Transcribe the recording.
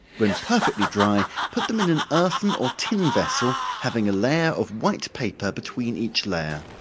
when perfectly dry, put them in an earthen or tin vessel, having a layer of white paper between each layer.